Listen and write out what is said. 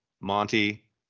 Monty